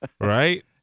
Right